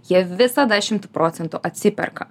jie visada šimtu procentų atsiperka